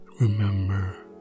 Remember